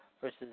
versus